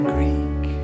Greek